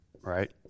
Right